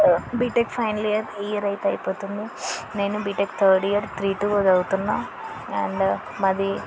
BTech final year ఈ year అయితే అయిపోతుంది నేను BTech third year three two చదువుతున్న అండ్ మాది